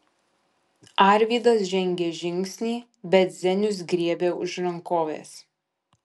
arvydas žengė žingsnį bet zenius griebė už rankovės